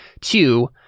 Two